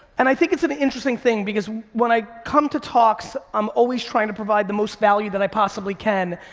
and i think it's an interesting thing, because when i come to talks, i'm always trying to provide the most value that i possibly can,